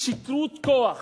שיכרון כוח,